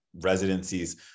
residencies